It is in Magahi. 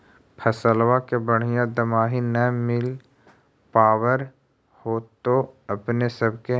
फसलबा के बढ़िया दमाहि न मिल पाबर होतो अपने सब के?